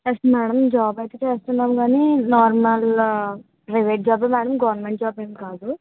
yes madam job అయితే చేస్తున్నాను కానీ నార్మల్ ప్రైవేట్ జాబే మేడం గవర్మెంట్ జాబ్ ఏం కాదు